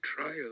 trial